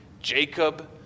Jacob